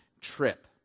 trip